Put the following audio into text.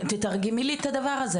תתרגמי לי את הדבר הזה,